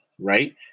right